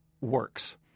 works